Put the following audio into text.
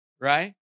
right